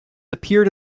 appeared